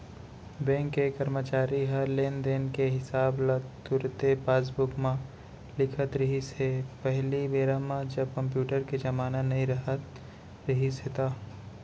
bank के करमचारी ह लेन देन के हिसाब ल तुरते पासबूक म लिखत रिहिस हे पहिली बेरा म जब कम्प्यूटर के जमाना नइ राहत रिहिस हे ता